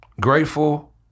Grateful